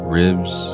ribs